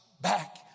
back